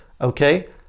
okay